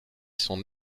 son